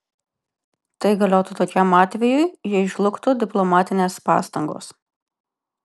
tai galiotų tokiam atvejui jei žlugtų diplomatinės pastangos